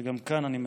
וגם כאן אני מצטט,